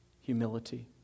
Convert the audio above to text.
humility